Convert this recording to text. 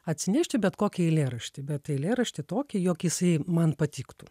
atsinešti bet kokį eilėraštį bet eilėraštį tokį jog jisai man patiktų